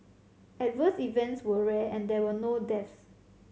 adverse events were rare and there were no deaths